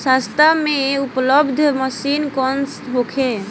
सस्ता में उपलब्ध मशीन कौन होखे?